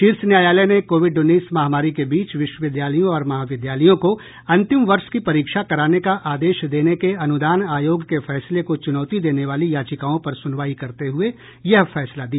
शीर्ष न्यायालय ने कोविड उन्नीस महामारी के बीच विश्वविद्यालयों और महाविद्यालयों को अंतिम वर्ष की परीक्षा कराने का आदेश देने के अनुदान आयोग के फैसले को चुनौती देने वाली याचिकाओं पर सुनवाई करते हुए यह फैसला दिया